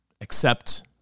accept